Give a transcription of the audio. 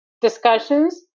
discussions